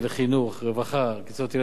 זה בחינוך, רווחה, קצבאות ילדים,